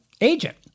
agent